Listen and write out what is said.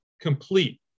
complete